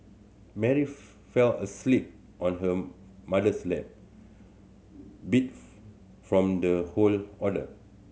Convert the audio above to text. Mary fell asleep on her mother's lap beat from the whole ordeal